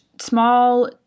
small